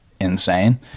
insane